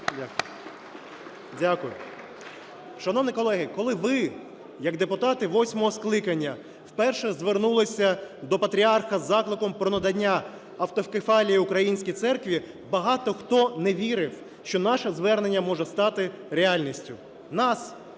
Дякую. Шановні колеги, коли ви як депутати восьмого скликання вперше звернулися до Патріарха із закликом про надання автокефалії українській церкві, багато хто не вірив, що наше звернення може стати реальністю. Нас,